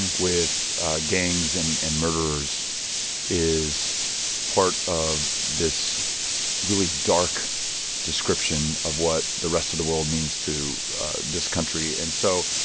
and with gangs and and murderers is part of this really dark description of what the rest of the world means to this country. and so,